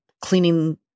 cleaning